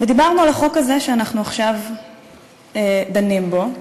ודיברנו על החוק הזה שעכשיו אנחנו דנים בו,